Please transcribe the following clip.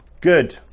good